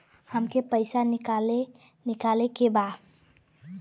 हमके पैसा निकाले के बा